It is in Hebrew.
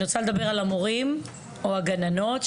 אני רוצה לדבר על המורים ועל הגננות,